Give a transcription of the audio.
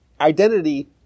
identity